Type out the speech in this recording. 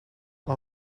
our